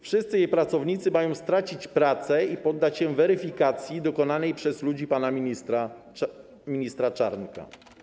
Wszyscy jej pracownicy mają stracić pracę i poddać się weryfikacji dokonanej przez ludzi pana ministra Czarnka.